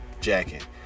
jacket